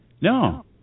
No